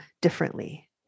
differently